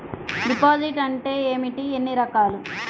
Deposit అంటే ఏమిటీ ఎన్ని రకాలు?